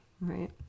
right